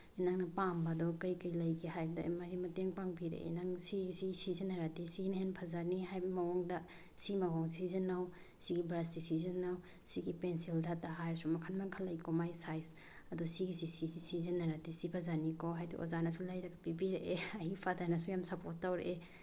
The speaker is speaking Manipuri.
ꯅꯪꯅ ꯄꯥꯝꯕꯗꯣ ꯀꯔꯤ ꯀꯔꯤ ꯂꯩꯒꯦ ꯍꯥꯏꯕꯗ ꯃꯥꯒꯤ ꯃꯇꯦꯡ ꯄꯥꯡꯕꯤꯔꯛꯑꯦ ꯅꯪ ꯁꯤ ꯁꯤ ꯁꯤ ꯁꯤꯖꯤꯟꯅꯔꯗꯤ ꯁꯤꯅ ꯍꯦꯟ ꯐꯖꯅꯤ ꯍꯥꯏꯕꯒꯤ ꯃꯑꯣꯡꯗ ꯁꯤ ꯃꯑꯣꯡ ꯁꯤꯖꯟꯅꯧ ꯁꯤꯒꯤ ꯕ꯭ꯔꯁꯁꯦ ꯁꯤꯖꯟꯅꯧ ꯁꯤꯒꯤ ꯄꯦꯟꯁꯤꯜꯗꯇ ꯍꯥꯏꯔꯁꯨ ꯃꯈꯜ ꯃꯈꯜ ꯂꯩꯀꯣ ꯃꯥꯏ ꯁꯥꯏꯖ ꯑꯗꯣ ꯁꯤꯒꯤꯁꯤ ꯁꯤꯖꯤꯟꯅꯔꯗꯤ ꯁꯤ ꯐꯖꯅꯤꯀꯣ ꯍꯥꯏꯗꯤ ꯑꯣꯖꯥꯅꯁꯨ ꯂꯩꯔ ꯄꯤꯕꯤꯔꯛꯑꯦ ꯑꯩ ꯐꯥꯗꯔꯅꯁꯨ ꯌꯥꯝ ꯁꯄꯣꯔꯠ ꯇꯧꯔꯛꯏ